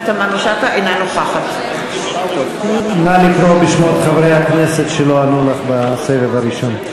נא לקרוא בשמות חברי הכנסת שלא ענו לך בסבב הראשון.